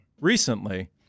recently